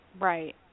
Right